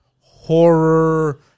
horror